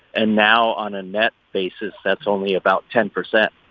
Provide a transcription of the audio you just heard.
and now, on a net basis, that's only about ten percent.